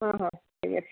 ହଁ ହଁ ଠିକ୍ ଅଛି